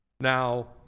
Now